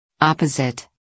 Opposite